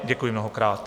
Děkuji mnohokrát.